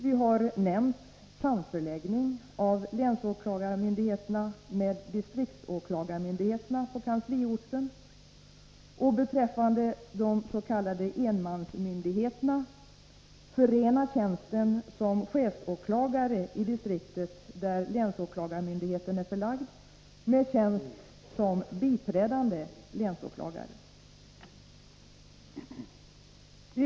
Vi har nämnt en samförläggning av länsåklagarmyndigheterna med distriktsåklagarmyndigheten på kansliorten och — beträffande de s.k. enmansmyndigheterna — en förening av tjänsten som chefsåklagare i distriktet där länsåklagarmyndigheten är förlagd med tjänst som biträdande länsåklagare.